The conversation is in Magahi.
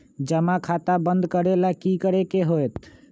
जमा खाता बंद करे ला की करे के होएत?